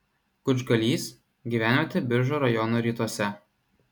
kučgalys gyvenvietė biržų rajono rytuose